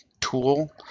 tool